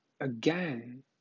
Again